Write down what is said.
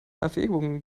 erwägungen